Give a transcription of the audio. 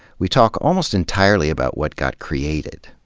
we talk almost entirely about what got created,